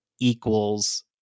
equals